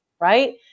Right